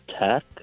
Tech